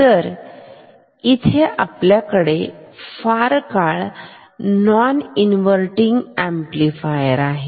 तर इथे आपल्याकडे फार काळ नॉन इन्व्हर्टिन ऍम्प्लिफायर आहे